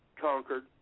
Concord